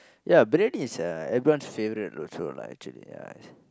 yeah briyani is uh everyone's favourite also lah actually ya